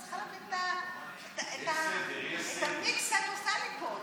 אני לא מצליחה להבין את המיקס שאת עושה לי פה.